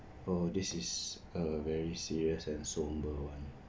oh this is a very serious and somber one